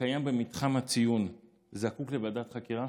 שקיים במתחם הציון זקוק לוועדת חקירה?